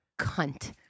Cunt